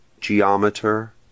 geometer